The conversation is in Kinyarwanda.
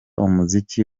umuziki